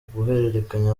guhererekanya